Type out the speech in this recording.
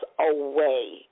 away